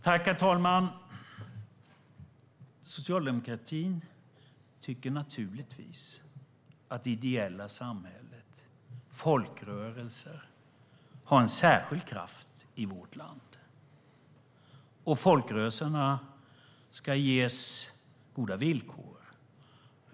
Herr talman! Socialdemokratin tycker naturligtvis att det ideella samhället, folkrörelser, har en särskild plats i vårt land, och folkrörelserna ska ges goda villkor.